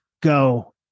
Go